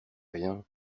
rien